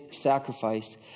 sacrifice